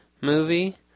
movie